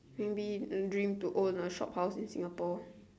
maybe dream to own a shophouse in Singapore